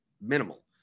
minimal